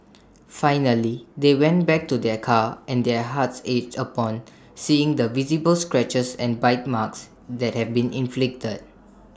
finally they went back to their car and their hearts ached upon seeing the visible scratches and bite marks that had been inflicted